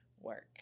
work